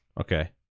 Okay